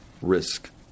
risk